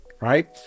right